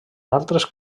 altes